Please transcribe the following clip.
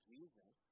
Jesus